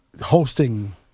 hosting